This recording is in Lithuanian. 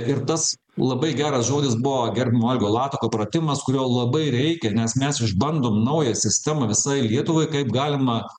ir tas labai geras žodis buvo gerbiamo algio latako įpratimas kurio labai reikia nes mes išbandom naują sistemą visai lietuvai kaip galima